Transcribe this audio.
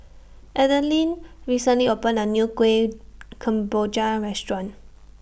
Adeline recently opened A New Kuih Kemboja Restaurant